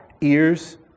ears